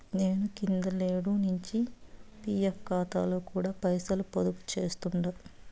నేను కిందటేడు నించి పీఎఫ్ కాతాలో కూడా పైసలు పొదుపు చేస్తుండా